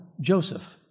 Joseph